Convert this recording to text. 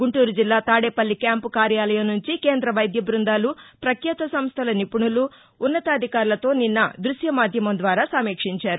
గుంటూరు జిల్లా తాదేపల్లి క్యాంపు కార్యాలయం నుంచి కేంద్ర వైద్య బృందాలు ప్రఖ్యాత సంస్థల నిపుణులు ఉన్నతాధికారులతో నిన్న దృశ్యమాధ్యమం ద్వారా సమీక్షించారు